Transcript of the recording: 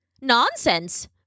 Nonsense